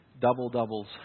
double-doubles